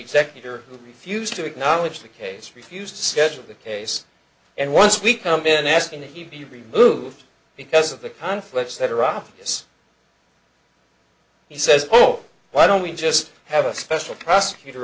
executor who refused to acknowledge the case refused to schedule the case and once we come in asking that he be removed because of the conflicts that are obvious he says oh why don't we just have a special prosecutor